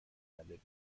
نداری